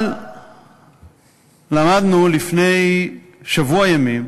אבל למדנו לפני שבוע ימים